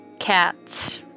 Cats